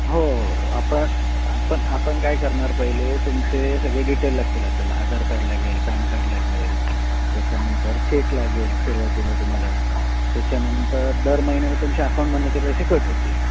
हो हो हो आपण आपण आपण काय करणार पहिले तुमचे सगळे डिटेल लागतील आपल्याला आधार कार्ड लागेल पॅन कार्ड लागेल त्याच्यानंतर चेक लागेल सुरूवातीला तुम्हाला त्याच्यानंतर दर महिन्याला तुमच्या अकाऊंटमधून ते पैसे कट होतील